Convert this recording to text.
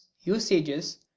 usages